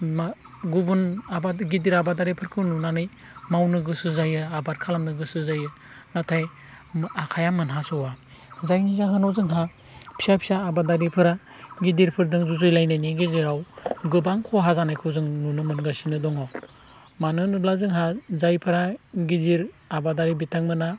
मा गुबुन आबाद गिदिर आबादारिफोरखौ नुनानै मावनो गोसो जायो आबाद खालामनो गोसो जायो नाथाय आखाइआ मोनहासौया जायनि जाहोनाव जोंहा फिसा फिसा आबादारिफोरा गिदिरफोरदों जुजिलायनायनि गेजेराव गोबां खहा जानायखौ जों नुनो मोनगासिनो दङ मानो होनोब्ला जोंहा जायफोरा गिदिर आबादारि बिथांमोनहा